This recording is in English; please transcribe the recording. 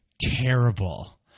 terrible